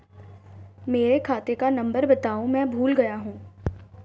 मेरे खाते का नंबर बताओ मैं भूल गया हूं